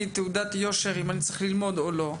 תעודת יושר כדי לקבוע אם אני צריך ללמוד או לא.